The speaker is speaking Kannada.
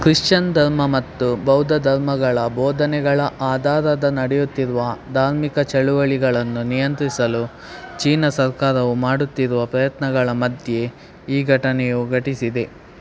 ಕ್ರಿಶ್ಚಿಯನ್ ಧರ್ಮ ಮತ್ತು ಬೌದ್ಧ ಧರ್ಮಗಳ ಬೋಧನೆಗಳ ಆಧಾರದ ನಡೆಯುತ್ತಿರುವ ಧಾರ್ಮಿಕ ಚಳುವಳಿಗಳನ್ನು ನಿಯಂತ್ರಿಸಲು ಚೀನಾ ಸರ್ಕಾರವು ಮಾಡುತ್ತಿರುವ ಪ್ರಯತ್ನಗಳ ಮಧ್ಯೆ ಈ ಘಟನೆಯು ಘಟಿಸಿದೆ